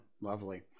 lovely